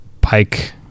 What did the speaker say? pike